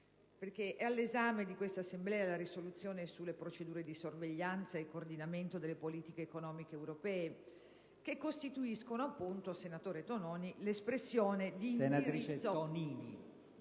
giorni. È all'esame di questa Assemblea la risoluzione sulle procedure di sorveglianza e coordinamento delle politiche economiche europee che costituiscono, senatore Tonini, l'espressione di un indirizzo